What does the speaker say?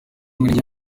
mirenge